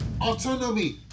Autonomy